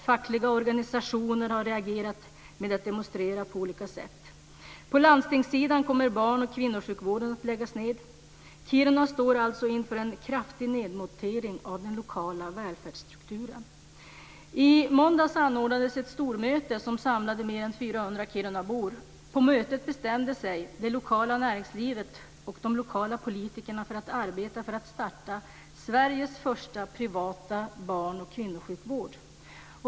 Fackliga organisationer har reagerat med att demonstrera på olika sätt. På landstingssidan kommer barn och kvinnosjukvården att läggas ned. Kiruna står alltså inför en kraftig nedmontering av den lokala välfärden. I måndags anordnades ett stormöte som samlade mer än 400 kirunabor. På mötet bestämde sig det lokala näringslivet och de lokala politikerna för att arbeta för att starta Sveriges första privata barn och kvinnosjukvård.